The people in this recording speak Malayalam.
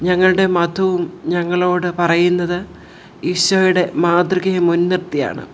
ഞങ്ങളുടെ മതവും ഞങ്ങളോട് പറയുന്നത് ഈശോയുടെ മാതൃകയെ മുൻനിർത്തിയാണ്